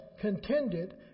contended